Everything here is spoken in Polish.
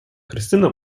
krystyna